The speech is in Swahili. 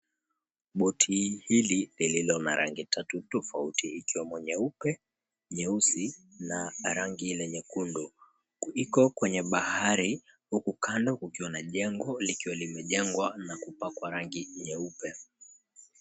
Boti hili lililo na rangi tatu tofauti ikiwemo nyeupe, nyeusi na rangi ile nyekundu. Iko kwenye bahari huku kando kukiwa na jengo likiwa limejengwa na kupakwa rangi nyeupe.